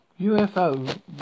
UFO